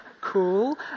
Cool